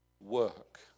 work